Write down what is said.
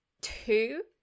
two